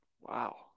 wow